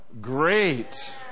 great